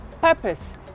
purpose